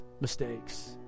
Mistakes